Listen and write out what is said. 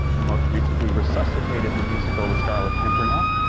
who most recently resuscitated the musical the scarlet pimpernel,